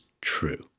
true